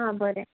आं बरें